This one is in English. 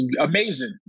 amazing